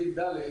(ד),